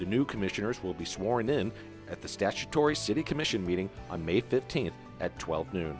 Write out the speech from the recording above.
the new commissioners will be sworn in at the statutory city commission meeting on may fifteenth at twelve